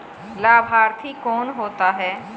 लाभार्थी कौन होता है?